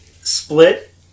split